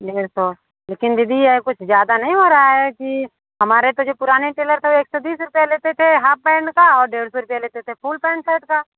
डेढ़ सो लेकिन दीदी ये कुछ ज्यादा नहीं हो रहा है कि हमारे तो जो पुराने टेलर थे वो एक सौ बीस रुपया लेते थे हाफ पैंट का और डेढ़ सौ रुपए लेते थे फुल पैंट शर्ट का